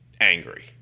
angry